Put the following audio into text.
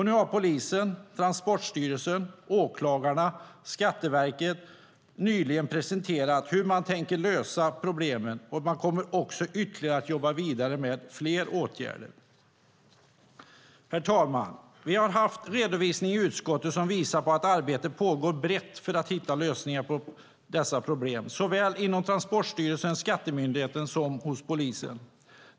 Nu har polisen, Transportstyrelsen, åklagarna och Skatteverket nyligen presenterat hur de har tänkt att lösa problemen, och de kommer också att jobba vidare med fler åtgärder. Herr talman! Vi har fått redovisat i utskottet att det pågår ett brett arbete för att hitta lösningar på problemen såväl inom Transportstyrelsen, Skatteverket som hos polisen.